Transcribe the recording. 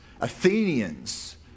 Athenians